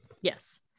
Yes